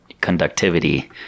conductivity